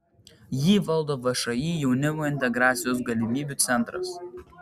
jį valdo všį jaunimo integracijos galimybių centras